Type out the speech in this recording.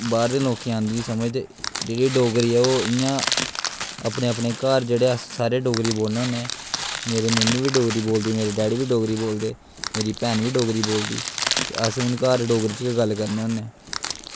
बाहर दे लोकें गी आंदी समझ ते जेह्ड़ी डोगरी ऐ ओह् इं'या अपने अपने घर जेह्ड़े अस सारे डोगरी बोलने होन्ने मेरी मम्मी बी डोगरी बोलदे मेरे डैडी बी डोगरी बोलदे मेरी भैन बी डोगरी बोलदी ते अस हून घर च डोगरी च गै गल्ल करने होन्ने